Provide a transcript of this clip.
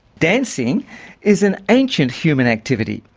dancing is an ancient human activity.